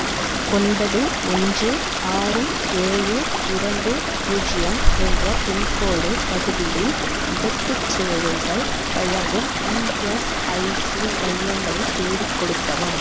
ஒன்பது ஒன்று ஆறு ஏழு இரண்டு பூஜ்ஜியம் என்ற பின்கோட் பகுதியில் விபத்துச் சேவைகள் வழங்கும் இஎஸ்ஐசி மையங்களை தேடிக் கொடுக்கவும்